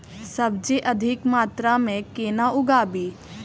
सब्जी अधिक मात्रा मे केना उगाबी?